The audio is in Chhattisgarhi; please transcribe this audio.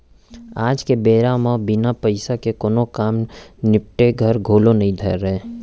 आज के बेरा म बिना पइसा के कोनों काम निपटे बर घलौ नइ धरय